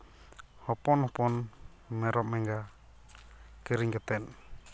ᱦᱚᱯᱚᱱ ᱦᱚᱯᱚᱱ ᱢᱮᱨᱚᱢ ᱮᱸᱜᱟ ᱠᱤᱨᱤᱧ ᱠᱟᱛᱮᱫ